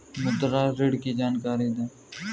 मुद्रा ऋण की जानकारी दें?